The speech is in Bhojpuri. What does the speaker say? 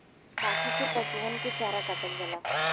बांकी से पसुअन के चारा काटल जाला